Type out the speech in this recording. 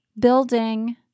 building